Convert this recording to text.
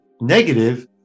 negative